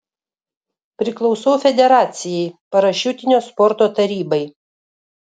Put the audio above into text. priklausau federacijai parašiutinio sporto tarybai